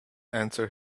answer